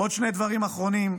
עוד שני דברים אחרונים.